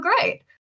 great